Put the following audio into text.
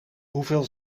hoeveel